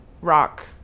rock